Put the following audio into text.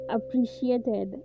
appreciated